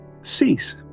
cease